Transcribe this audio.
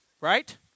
Right